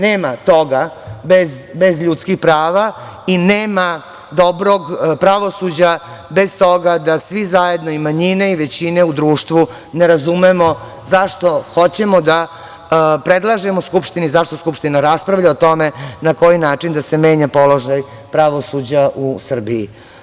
Nema toga bez ljudskih prava i nema dobrog pravosuđa bez toga da svi zajedno i manjine i većine u društvu ne razumemo zašto hoćemo da predlažemo Skupštini, zašto Skupština rasprava o tome na koji način da se menja položaj pravosuđa u Srbiji.